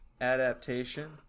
adaptation